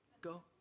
Go